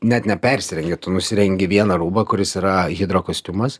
net nepersirengę tu nusirengi vieną rūbą kuris yra hidrokostiumas